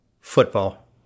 Football